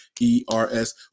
E-R-S